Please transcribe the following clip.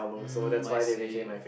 mm I see